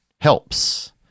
helps